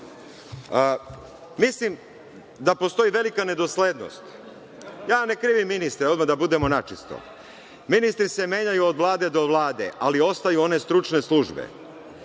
Mislim da postoji velika nedoslednost. Ja ne krivim ministre, odmah da budemo načisto. Ministri se menjaju od Vlade do Vlade, ali ostaju one stručne službe.